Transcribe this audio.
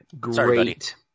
Great